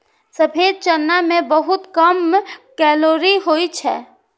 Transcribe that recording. सफेद चना मे बहुत कम कैलोरी होइ छै